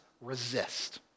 resist